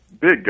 big